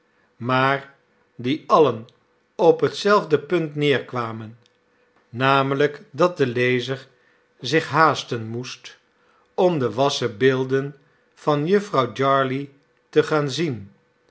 maar die alien op hetzelfde punt neerkwamen namelijk dat de lezer zich haasten moest om de wassen beelden van jufvrouw jarley te gaan zien